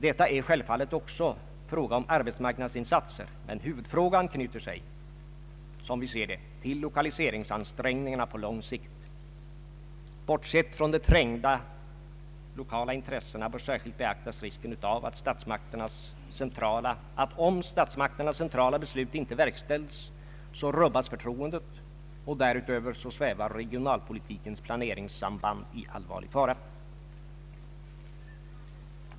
Detta är självfallet också fråga om arbetsmarknadsinsatser, men huvudfrågan knyter sig, som vi ser det, till lokaliseringsansträngningarna på lång sikt. Bortsett från de trängda lokala intressena bör särskilt beaktas risken av att om statsmakternas centrala beslut inte verkställs så rubbas förtroendet, och därutöver svävar regionalpolitikens planeringssamband i allvarliga fara.